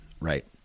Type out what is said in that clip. Right